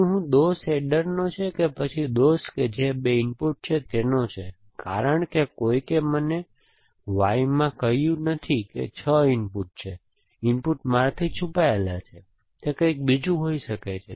હવે શું દોષ એડરનો છે કે પછી દોષ જે 2 ઇનપુટ છે તેનો છે કારણ કે કોઈએ મને Y માં કહ્યું નથી કે ઇનપુટ 6 છે ઇનપુટ મારાથી છુપાયેલ છે તે કંઈક બીજું હોઈ શકે છે